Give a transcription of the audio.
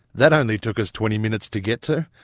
that only took us twenty minutes to get to!